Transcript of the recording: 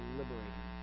liberating